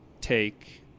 take